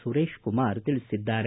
ಸುರೇತ್ ಕುಮಾರ್ ತಿಳಿಸಿದ್ದಾರೆ